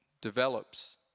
develops